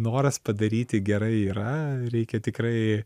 noras padaryti gerai yra reikia tikrai